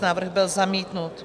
Návrh byl zamítnut.